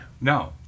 No